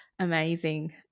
Amazing